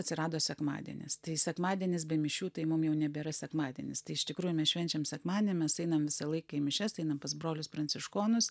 atsirado sekmadienis tai sekmadienis be mišių tai mum jau nebėra sekmadienis tai iš tikrųjų mes švenčiam sekmadienį mes einam visą laiką į mišias einam pas brolius pranciškonus